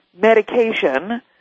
medication